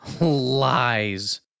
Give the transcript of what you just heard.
Lies